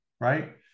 right